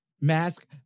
Mask